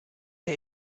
der